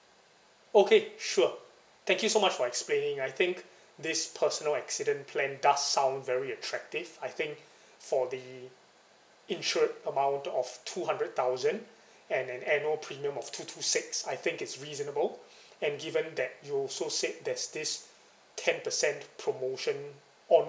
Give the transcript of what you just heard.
okay sure thank you so much for explaining I think this personal accident plan does sound very attractive I think for the insured amount of two hundred thousand and an annual premium of two two six I think it's reasonable and given that you also said that there's this ten percent promotion on